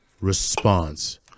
response